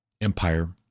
empire